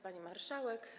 Pani Marszałek!